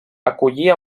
acollir